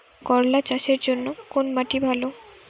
করলা চাষের জন্য কোন মাটি ভালো?